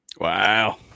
Wow